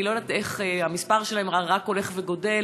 אני לא יודעת איך המספר שלהם רק הולך וגדל.